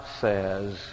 says